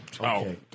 Okay